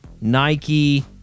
Nike